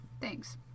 Thanks